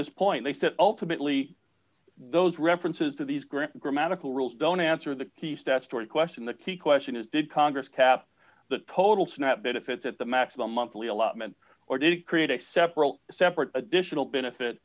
this point they said ultimately those references to these gram grammatical rules don't answer the key statutory question the key question is did congress cast the total snap benefits at the maximum monthly allotment or did it create a separate separate additional benefit